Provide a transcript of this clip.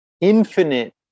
infinite